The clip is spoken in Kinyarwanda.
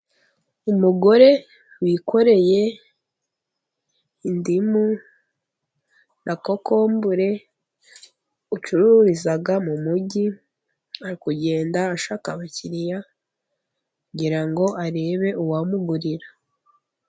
Umugore wikoreye indimu na kokombure ucururiza mu mugi ari kugenda ashaka abakiriya, kugirango arebe uwamugurira.